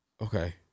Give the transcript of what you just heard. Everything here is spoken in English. Okay